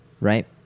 right